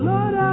Lord